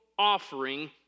offering